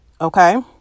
okay